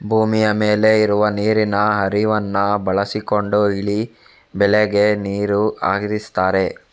ಭೂಮಿಯ ಮೇಲೆ ಇರುವ ನೀರಿನ ಹರಿವನ್ನ ಬಳಸಿಕೊಂಡು ಇಲ್ಲಿ ಬೆಳೆಗೆ ನೀರು ಹರಿಸ್ತಾರೆ